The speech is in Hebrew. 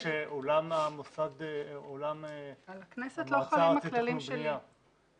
של המועצה לתכנון ובנייה